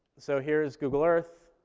so here's google earth.